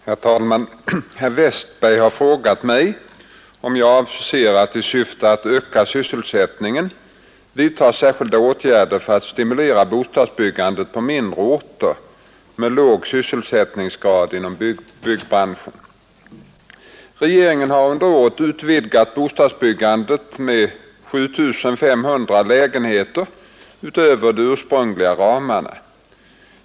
Herr talman! Herr Westberg i Ljusdal har frågat mig, om jag avser att i syfte att öka sysselsättningen vidta särskilda åtgärder för att stimulera bostadsbyggandet på mindre orter med låg sysselsättningsgrad inom byggbranschen. Regeringen har under året utvidgat bostadsbyggandet med 7 500 lägenheter utöver de ursprungliga ramarna.